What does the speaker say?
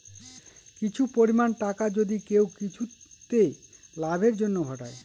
কিছু পরিমাণ টাকা যদি কেউ কিছুতে লাভের জন্য ঘটায়